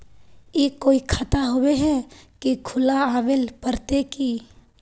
ई कोई खाता होबे है की खुला आबेल पड़ते की?